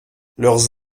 leurs